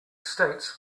states